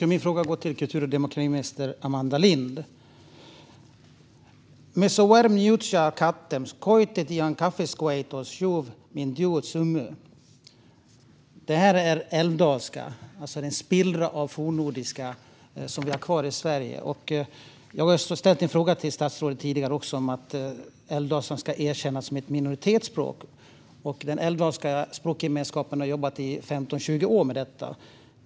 Fru talman! Min fråga går till kultur och demokratiminister Amanda Lind. Mes o wermd mjotse ar kattem, so kuäket o ien kafiskwekt ar sig sjuäv min dyö summu. Det här är älvdalska, alltså den spillra av fornnordiska som vi har kvar i Sverige. Jag har tidigare ställt en fråga till statsrådet om att erkänna älvdalskan som ett minoritetsspråk. Den älvdalska språkgemenskapen har jobbat i 15-20 år med detta.